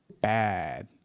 bad